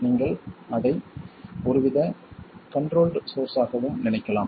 நீங்கள் அதை ஒருவித கன்ட்ரோல்ட் சோர்ஸ் ஆகவும் நினைக்கலாம்